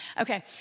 Okay